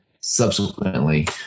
subsequently